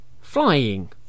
Flying